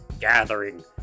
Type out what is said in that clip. gathering